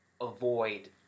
avoid